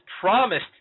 promised